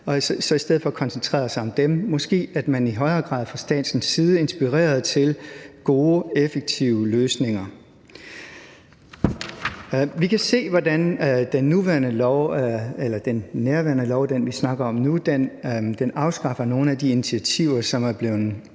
og i stedet koncentrerede sig om dem og fra statens side i højere grad inspirerede til gode, effektive løsninger. Vi kan se, hvordan den nærværende lov, den, vi snakker om nu, afskaffer nogle af de initiativer, som er blevet